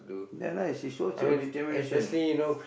ya lah it shows your determination